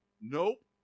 Nope